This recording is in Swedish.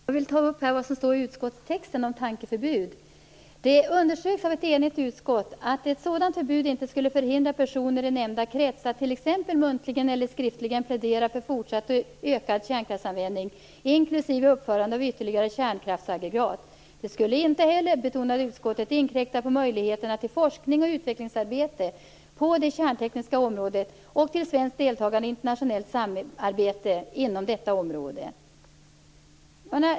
Herr talman! I utskottets text om tankeförbud står det: "Det underströks av ett enigt utskott att ett sådant förbud inte skulle förhindra personer i nämnda krets att t.ex. muntligen eller skriftligen plädera för fortsatt och ökad kärnkraftsanvändning, inklusive uppförande av ytterligare kärnkraftsaggregat. Det skulle inte heller, betonade utskottet, inkräkta på möjligheterna till forskning och utvecklingsarbete på det kärntekniska området och till svenskt deltagande i internationellt samarbete inom detta område."